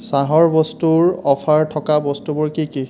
চাহৰ বস্তুৰ অফাৰ থকা বস্তুবোৰ কি কি